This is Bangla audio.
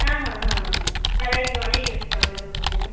হ্যাঁ হ্যাঁ হ্যাঁ হ্যাঁ ভ্যারাইটি অনেক এসছে আমাদের এবার দোকানে